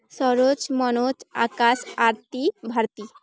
Saroj Manoj Akash Aarti Bharati